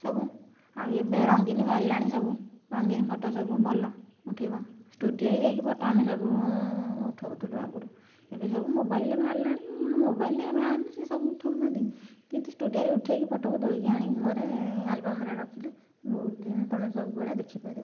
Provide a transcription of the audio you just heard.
ସବୁ ଆଉ ଏବେ ରଙ୍ଗୀନ୍ ବାହାରିଲାଣି ସବୁ ରଙ୍ଗୀନ୍ ଫଟୋ ସବୁ ଭଲ ଉଠାଇବ ଷ୍ଟୁଡ଼ିଓରେ ଯାଇକି ଫଟୋ ଆମେ ସବୁ ଉଠଉଥିଲୁ ଆଗରୁ ଏବେ ସବୁ ମୋବାଇଲ୍ରେ ବାହାରିଲାଣି ମୋବାଇଲ୍ରେ ବାହାରିଲେ ସେ ସବୁ ଉଠଉଛନ୍ତି କିନ୍ତୁ ଷ୍ଟୁଡ଼ିଓରେ ଉଠାଇକି ଫଟୋକୁ ଧୋଇକି ଆଣିକି ଘରେ ଆଲବମ୍ରେ ରଖିଲେ ବହୁତ ଦିନ ତୁମେ ସବୁବେଳେ ଦେଖିପାରିବ